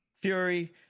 Fury